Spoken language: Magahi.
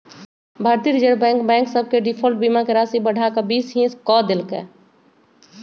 भारतीय रिजर्व बैंक बैंक सभ के डिफॉल्ट बीमा के राशि बढ़ा कऽ बीस हिस क देल्कै